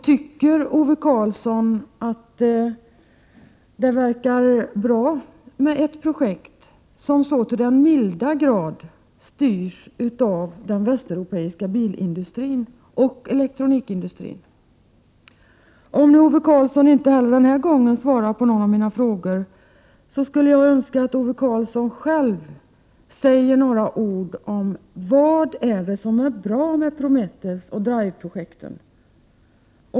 Tycker Ove Karlsson att det verkar bra med ett projekt som så till den milda grad styrs av den västeuropeiska bilindustrin och elektronikindustrin? Om Ove Karlsson inte heller den här gången svarar på några av mina frågor, skulle jag önska att Ove Karlsson själv sade några ord om vad det är som är bra med Prometheusoch DRIVE-projekten.